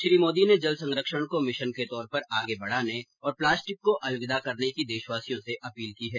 श्री मोदी ने जल संरक्षण को मिशन के तौर पर आगे बढ़ाने और प्लास्टिक को अलविदा करने की देशवासियों से अपील की है